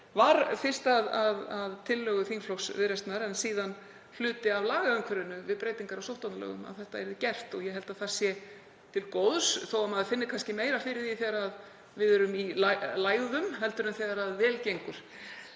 var fyrst að tillögu þingflokks Viðreisnar en síðan hluti af lagaumhverfinu við breytingar á sóttvarnalögum, að þetta yrði gert. Ég held að það sé til góðs þó að maður finni kannski meira fyrir því þegar við erum í lægðum en þegar vel gengur.